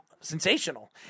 sensational